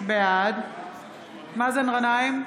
בעד מאזן גנאים,